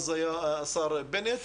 אז היה השר בנט,